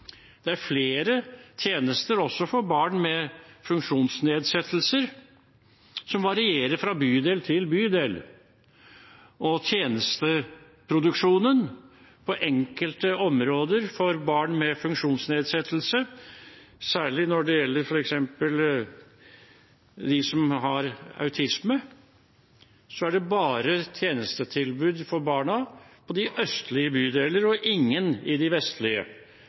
det er flere tjenester, også for barn med funksjonsnedsettelser, som varierer fra bydel til bydel. Og når det gjelder tjenesteproduksjonen på enkelte områder for barn med funksjonsnedsettelser, særlig f.eks. de som har autisme, er det bare tjenestetilbud for barna i de østlige bydeler og ingen i de vestlige.